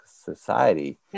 society